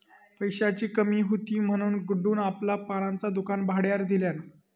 पैशाची कमी हुती म्हणान गुड्डून आपला पानांचा दुकान भाड्यार दिल्यान